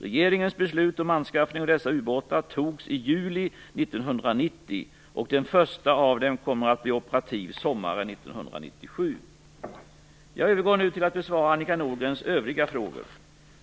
Regeringens beslut om anskaffning av dessa ubåtar fattades i juli 1990 och den första av dem kommer att bli operativ sommaren 1997. Jag övergår nu till att besvara Annika Nordgrens övriga frågor.